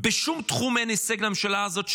בשום תחום אין הישג לממשלה הזאת,